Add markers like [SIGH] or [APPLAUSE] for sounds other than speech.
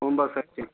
ಒಂಬತ್ತು [UNINTELLIGIBLE]